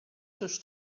też